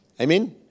Amen